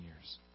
years